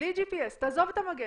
בלי GPS. תעזוב את המגן.